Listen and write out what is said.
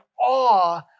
awe